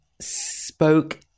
spoke